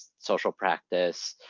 social practice.